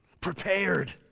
prepared